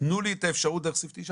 תנו לי את האפשרות דרך סעיף 9,